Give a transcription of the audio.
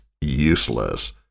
useless